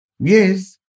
Yes